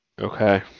Okay